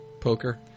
Poker